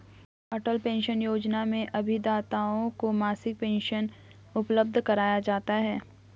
अटल pension योजना में अभिदाताओं को मासिक पेंशन उपलब्ध कराया जाता है